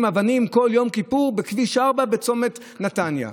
אבנים כל יום כיפור בכביש 4 בצומת נתניה?